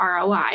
ROI